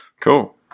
Cool